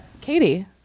Katie